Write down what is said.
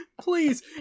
Please